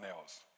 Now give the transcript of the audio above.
else